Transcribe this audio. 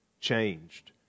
changed